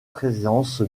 présence